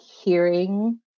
hearing